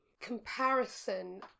comparison